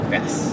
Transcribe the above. Yes